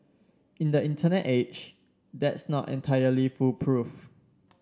in the Internet age that's not entirely foolproof